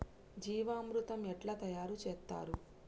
జీవామృతం ఎట్లా తయారు చేత్తరు?